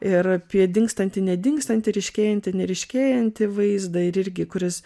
ir apie dingstantį nedingstantį ryškėjantį neryškėjantį vaizdą irgi kuris